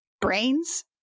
Brains